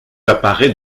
apparaît